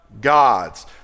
God's